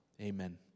Amen